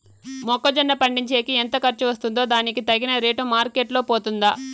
మొక్క జొన్న పండించేకి ఎంత ఖర్చు వస్తుందో దానికి తగిన రేటు మార్కెట్ లో పోతుందా?